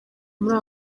muri